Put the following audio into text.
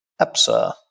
EPSA